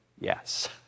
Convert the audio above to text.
yes